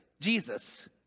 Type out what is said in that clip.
Jesus